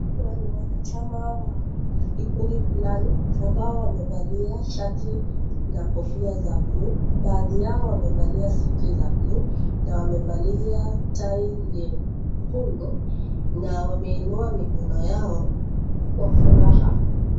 Hawa ni wanachama wa kikundi fulani ambao wamevalia shati na kofia za bluu, baadhi yao wamevalia suti za bluu, na wamevalia tai nyekundu, na wameinua mikono yao kwa furaha.